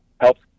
helps